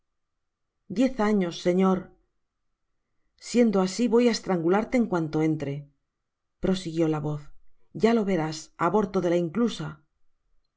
diez años señor siendo asi voy á estrangularte en cuanto entre prosiguió la vozya lo verás aborto de la inclusa